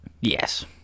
Yes